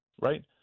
right